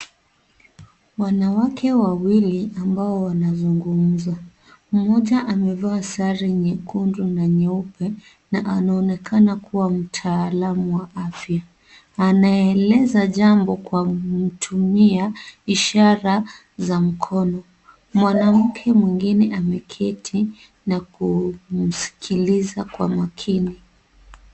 Wanawake wawili ambao wanazungumza. Mmoja amevaa sare nyekundu na nyeupe na anaonekana kuwa mtaalam wa afya. Anaeleza jambo kwa kutumia ishara za mkono. Mwanamke mwingine ameketi na kumsikiliza kwa makini.